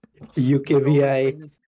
UKVI